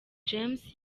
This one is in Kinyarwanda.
james